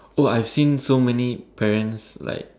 oh I've seen so many parents like